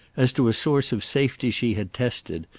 as to a source of safety she had tested,